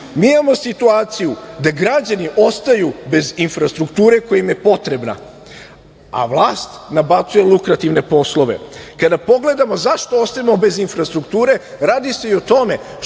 imamo situaciju da građani ostaju bez infrastrukture koja im je potrebna, a vlast nabacuje lukrativne poslove. Kada pogledamo zašto ostajemo bez infrastrukture, radi se i o tome